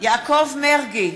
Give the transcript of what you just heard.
יעקב מרגי,